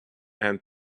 and